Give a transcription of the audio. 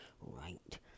right